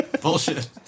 Bullshit